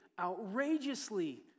outrageously